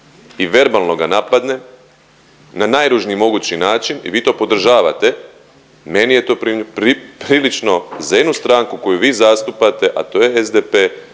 i verbalno ga napadne na najružniji mogući način i vi to podržavate, meni je to prilično za jednu stranku koju vi zastupate, a to je SDP,